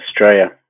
australia